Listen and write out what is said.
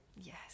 yes